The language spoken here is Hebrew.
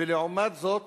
ולעומת זאת